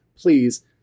Please